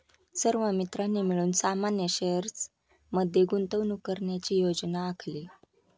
सर्व मित्रांनी मिळून सामान्य शेअर्स मध्ये गुंतवणूक करण्याची योजना आखली